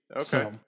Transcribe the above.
Okay